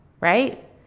right